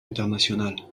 internationale